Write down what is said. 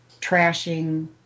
trashing